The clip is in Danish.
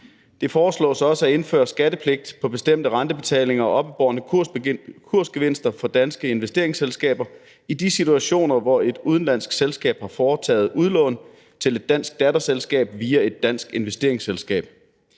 Det foreslås også at indføre skattepligt på bestemte rentebetalinger og oppebårne kursgevinster for danske investeringsselskaber i de situationer, hvor et udenlandsk selskab har foretaget udlån til et dansk datterselskab via et dansk investeringsselskab.